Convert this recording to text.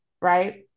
right